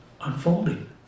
unfolding